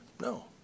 No